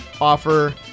offer